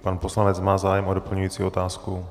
Pan poslanec má zájem o doplňující otázku?